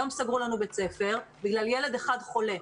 היום סגרו לנו בית ספר בגלל ילד אחד חולה.